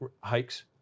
hikes